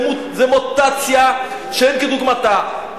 זה מוטציה שאין כדוגמתה.